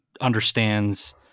understands